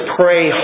pray